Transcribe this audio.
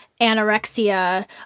anorexia